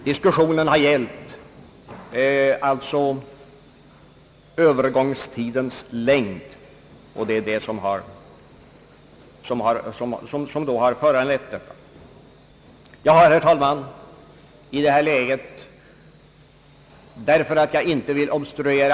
Diskussionen har gällt övergångstidens längd, och det är denna fråga som tvisten gäller. Jag har, herr talman, i detta läge intet yrkande, då jag inte vill obstruera.